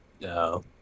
No